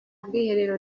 bwiherero